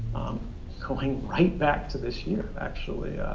going right back to this year actually,